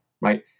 right